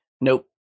Nope